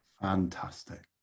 Fantastic